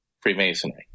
Freemasonry